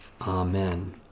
Amen